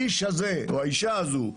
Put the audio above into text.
האיש הזה או האישה הזאת,